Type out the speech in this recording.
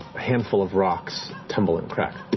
handful of rocks tumble and crack